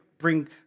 bring